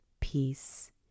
peace